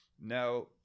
now